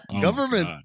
Government